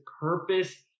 purpose